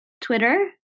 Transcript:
Twitter